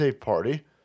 party